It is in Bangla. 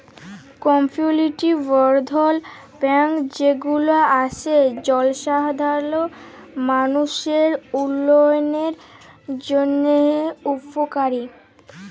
কমিউলিটি বর্ধল ব্যাঙ্ক যে গুলা আসে জলসাধারল মালুষের উল্যয়নের জন্হে উপকারী